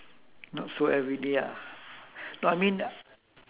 not so everyday ah no I mean